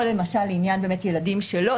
כמו למשל לעניין הילדים שלו.